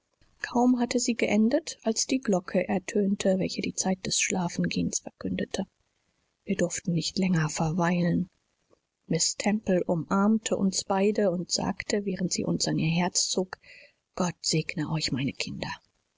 kaum hatte sie geendet als die glocke ertönte welche die zeit des schlafengehens verkündete wir durften nicht länger verweilen miß temple umarmte uns beide und sagte während sie uns an ihr herz zog gott segne euch meine kinder